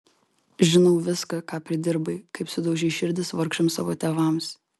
žinau viską ką pridirbai kaip sudaužei širdis vargšams savo tėvams